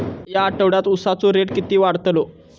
या आठवड्याक उसाचो रेट किती वाढतलो?